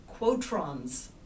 quotrons